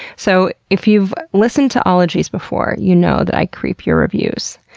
so if you've listened to ologies before, you know that i creep your reviews.